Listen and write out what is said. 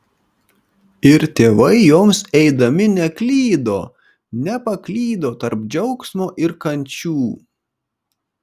ir tėvai joms eidami neklydo nepaklydo tarp džiaugsmo ir kančių